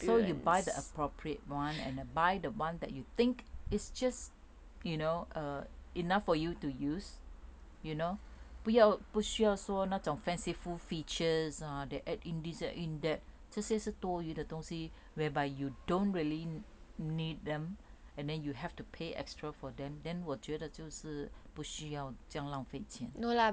ya so you buy the appropriate [one] and ah buy the one that you think it's just you know uh enough for you to use you know 不要不需要说那种 fanciful features ah they add in this add in that 这些是多馀的东西 whereby you don't really need them and then you have to pay extra for them then 我觉得就是不需要这样浪费钱